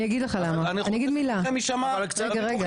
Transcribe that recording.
אני רוצה שקולכם יישמע -- רגע רגע